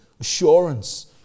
Assurance